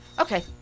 Okay